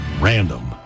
random